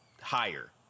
higher